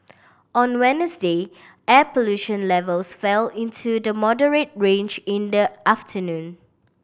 on Wednesday air pollution levels fell into the moderate range in the afternoon